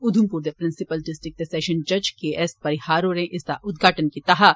उघमपुर दे principal district ते session जज के एस परिहार होरें इसदा उदघाटन कीता हा